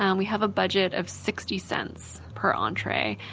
um we have a budget of sixty cents per entree.